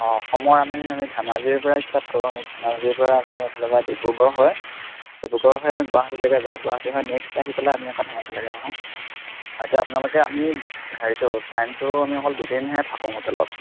অঁ অসমৰ আমি আমি ধেমাজিৰ পৰা ষ্টাৰ্ট কৰোঁ আমি ধেমাজিৰ পৰা আপুনি এইফালৰ পৰা ডিব্ৰুগড় হৈ ডিব্ৰুগড় হৈ আমি গুৱাহাটীলৈকে যাওঁ গুৱাহাটী হৈ নেক্সট আহি পেলাই আমি আকৌ ধেমাজিলৈকে আহোঁ এতিয়া আপোনালোকে আমি হেৰিটো টাইমটো আমি অকল দুদিনহে থাকোঁ হোটেলত